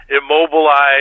immobilize